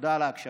תודה על ההקשבה.